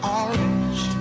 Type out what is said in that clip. orange